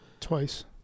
Twice